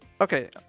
Okay